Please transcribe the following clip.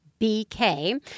BK